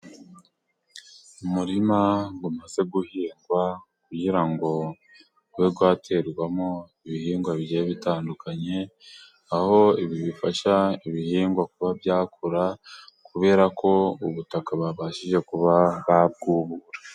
Umurima umaze guhingwa kugira ngo ube waterwamo ibihingwa bigiye bitandukanye ,aho ibi bifasha ibihingwa kuba byakura ,kubera ko ubutaka babashije kuba babwubura.